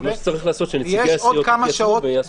אבל נצטרך שנציגי הסיעות יתייצבו ויעשו סדר.